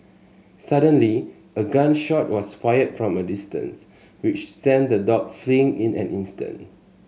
suddenly a gun shot was fired from a distance which sent the dog fleeing in an instant